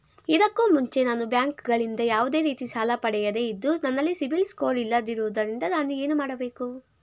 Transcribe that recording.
ಇದಕ್ಕೂ ಮುಂಚೆ ನಾನು ಬ್ಯಾಂಕ್ ಗಳಿಂದ ಯಾವುದೇ ರೀತಿ ಸಾಲ ಪಡೆಯದೇ ಇದ್ದು, ನನಲ್ಲಿ ಸಿಬಿಲ್ ಸ್ಕೋರ್ ಇಲ್ಲದಿರುವುದರಿಂದ ನಾನು ಏನು ಮಾಡಬೇಕು?